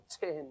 ten